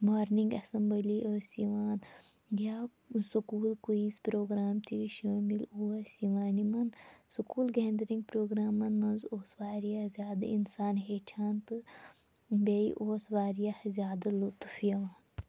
morning assembly ٲس یِوان یا سوٚکوٗل کُیِز پروگرام تہِ شٲمِل اوس یِوان یمن سُکوٗل گینٛدرِنٛگ پروگرامَن مَنٛز اوس واریاہ زیادٕ اِنسان ہیٚچھان تہٕ بیٚیہِ اوس واریاہ زیادٕ لُطُف یِوان